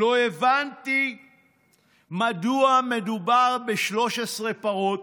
לא הבנתי מדוע מדובר ב-13 פרות,